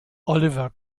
oliver